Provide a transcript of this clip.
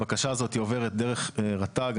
הבקשה הזאת עוברת דרך רט"ג.